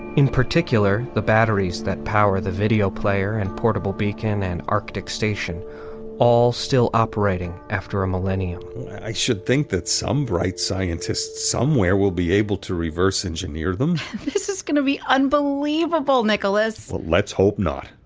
in particular the batteries that power the video player and portable beacon, an arctic station all still operating after a millennium i should think that some bright scientists somewhere will be able to reverse engineer them this is gonna be unbelievable, nicholas. let's hope not.